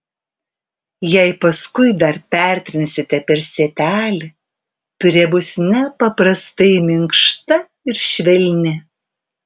jei paskui dar pertrinsite per sietelį piurė bus nepaprastai minkšta ir švelni